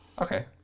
okay